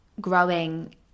growing